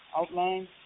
outline